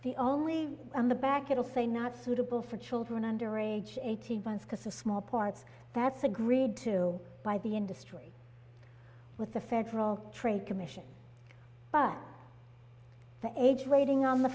the only on the back it'll say not suitable for children under age eighteen months because of small parts that's agreed to by the industry with the federal trade commission but the age rating on the